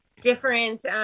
different